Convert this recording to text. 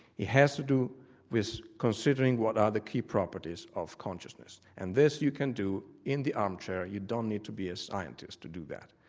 has to do with considering what are the key properties of consciousness, and this you can do in the armchair. you don't need to be a scientist to do that,